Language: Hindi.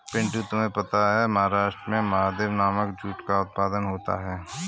पिंटू तुम्हें पता है महाराष्ट्र में महादेव नामक जूट का उत्पादन होता है